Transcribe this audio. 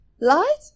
Light